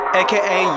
aka